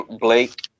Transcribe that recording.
Blake